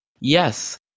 yes